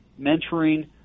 mentoring